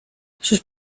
sus